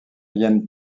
viennent